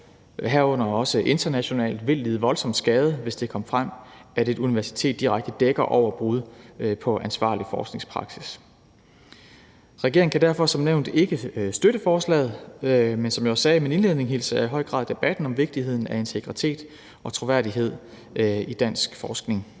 herunder også internationalt, vil lide voldsom skade, hvis det kommer frem, at et universitet direkte dækker over brud på ansvarlig forskningspraksis. Regeringen kan derfor som nævnt ikke støtte forslaget, men som jeg også sagde i min indledning, hilser jeg i høj grad debatten om vigtigheden af integritet og troværdighed i dansk forskning